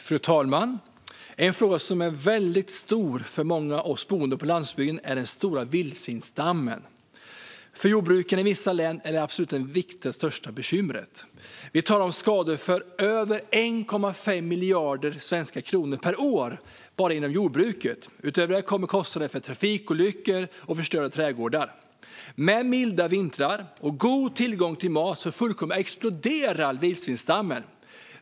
Fru talman! En fråga som är väldigt stor för många av oss boende på landsbygden är den stora vildsvinsstammen. För jordbruken i vissa län är den det absolut viktigaste och största bekymret. Vi talar om skador för över 1,5 miljarder svenska kronor per år bara inom jordbruket. Utöver det kommer kostnader för trafikolyckor och förstörda trädgårdar. Med milda vintrar och en god tillgång till mat fullkomligt exploderar vildsvinsstammen.